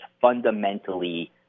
fundamentally